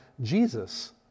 Jesus